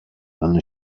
vanno